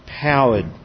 powered